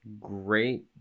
great